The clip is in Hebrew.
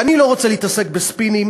ואני לא רוצה להתעסק בספינים,